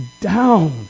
down